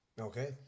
Okay